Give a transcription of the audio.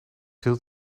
hield